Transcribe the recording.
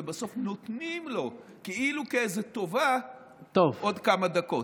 ובסוף נותנים לו כאילו כאיזו טובה עוד כמה דקות.